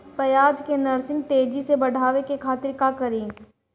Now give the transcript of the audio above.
प्याज के नर्सरी तेजी से बढ़ावे के खातिर का करी?